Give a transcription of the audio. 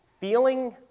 feeling